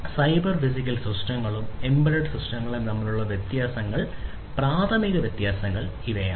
cyber physical സിസ്റ്റങ്ങളും embedded സിസ്റ്റങ്ങളും തമ്മിലുള്ള വ്യത്യാസങ്ങൾ പ്രാഥമിക വ്യത്യാസങ്ങൾ ഇവയാണ്